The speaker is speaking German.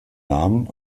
namen